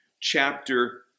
chapter